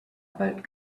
about